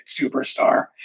superstar